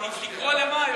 לקרוא למה?